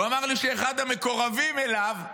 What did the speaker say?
הוא אמר לי שאחד המקורבים אליו,